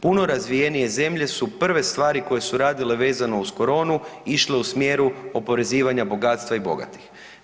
Puno razvijenije zemlje su prve stvari koje su radile vezano uz koronu išle u smjeru oporezivanja bogatstva i bogatih.